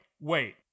wait